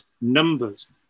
numbers